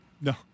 No